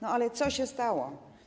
No ale co się stało?